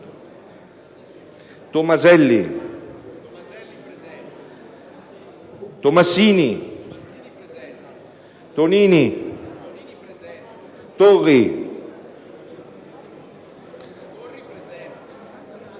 Tomaselli, Tomassini, Tonini, Torri,